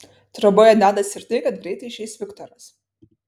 troboje dedasi ir tai kad greitai išeis viktoras